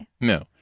No